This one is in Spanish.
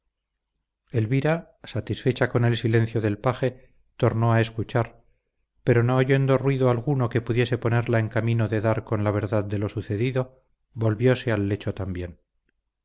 elvira satisfecha con el silencio del paje tornó a escuchar pero no oyendo ruido alguno que pudiese ponerla en camino de dar con la verdad de lo sucedido volvióse al lecho también